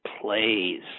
plays